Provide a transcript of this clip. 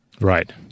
Right